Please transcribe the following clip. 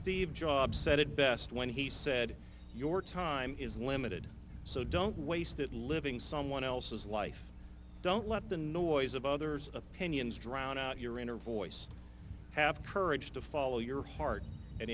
steve jobs said it best when he said your time is limited so don't waste it living someone else's life don't let the noise of others opinions drown out your inner voice have courage to follow your heart and